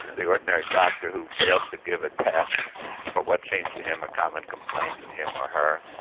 the ordinary doctor who fails to give a test for what seems to him a common complaint, him or her,